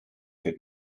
did